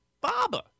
Baba